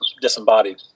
Disembodied